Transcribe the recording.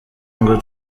ngo